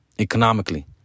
economically